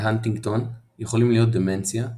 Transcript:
בהנטיגנטון יכולים להיות דמנציה,